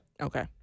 Okay